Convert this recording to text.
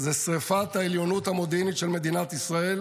זאת שרפת העליונות המודיעינית של מדינת ישראל